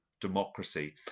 democracy